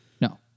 No